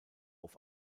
auf